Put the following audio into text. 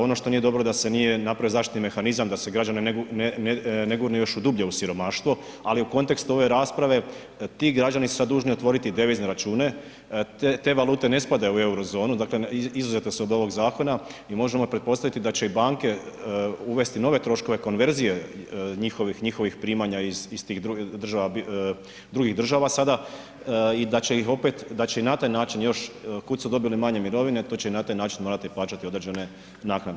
Ono što nije dobro da se nije napravio zaštitni mehanizam da se građane ne gurne još dublje u siromaštvo, ali u kontekstu ove rasprave ti građani su sada dužni otvoriti devizne račune, te valute ne spadaju u eurozonu, dakle izuzete su od ovoga zakona i možemo pretpostaviti da će i banke uvesti nove troškove konverzije njihovih primanja iz tih drugih država sada i da će ih na taj način još kud su dobili manje mirovine tud će i na taj način morati plaćati određene naknade.